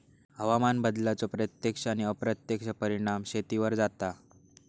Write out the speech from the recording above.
हवामान बदलाचो प्रत्यक्ष आणि अप्रत्यक्ष परिणाम शेतीवर जाता